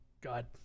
god